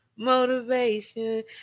motivation